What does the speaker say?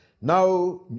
now